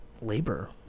labor